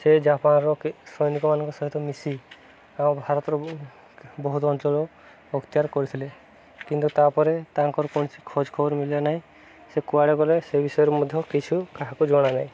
ସେ ଜାପାନର ସୈନିକମାନଙ୍କ ସହିତ ମିଶି ଆମ ଭାରତର ବହୁତ ଅଞ୍ଚଳରୁ ଅପଚାର କରିଥିଲେ କିନ୍ତୁ ତାପରେ ତାଙ୍କର କୌଣସି ଖୋଜ ଖବର ମିିଳିଲା ନାହିଁ ସେ କୁଆଡ଼େ ଗଲେ ସେ ବିଷୟରେ ମଧ୍ୟ କିଛି କାହାକୁ ଜଣାନାହିଁ